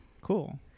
Cool